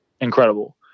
incredible